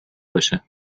باشه